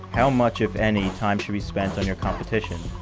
how much, if any, time should be spent on your competition?